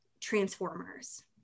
transformers